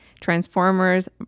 transformers